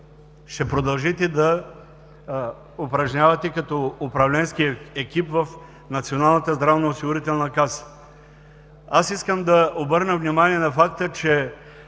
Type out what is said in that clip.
ще продължите да упражнявате като управленски екип в НЗОК. Искам да обърна внимание на факта, че